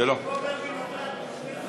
(קוראת בשמות חברי הכנסת)